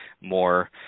more